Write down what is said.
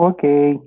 Okay